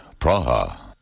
Praha